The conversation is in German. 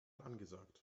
angesagt